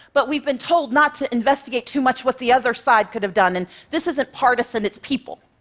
but we've been told not to investigate too much what the other side could have done. and this isn't partisan it's people.